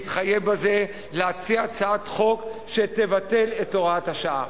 מתחייב בזה להציע הצעת חוק שתבטל את הוראת השעה.